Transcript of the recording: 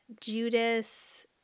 Judas